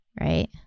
right